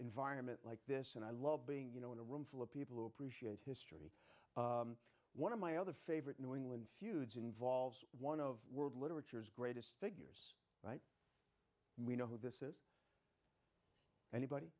environment like this and i love being you know in a room full of people who appreciate history one of my other favorite new england feuds involves one of world literatures greatest figures right we know who this is anybody